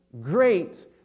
great